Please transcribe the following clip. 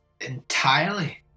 entirely